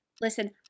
listen